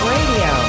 Radio